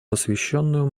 посвященную